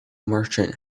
merchant